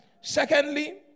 Secondly